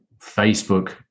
Facebook